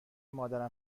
مادرم